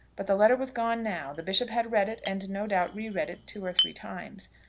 but the letter was gone now. the bishop had read it, and no doubt re-read it two or three times.